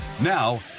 Now